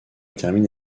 termine